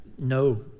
No